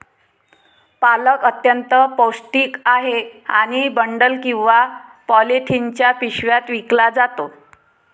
पालक अत्यंत पौष्टिक आहे आणि बंडल किंवा पॉलिथिनच्या पिशव्यात विकला जातो